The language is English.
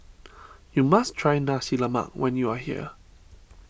you must try Nasi Lemak when you are here